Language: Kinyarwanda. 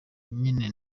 nyine